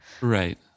right